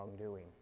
wrongdoing